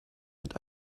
mit